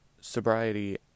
sobriety